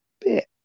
bit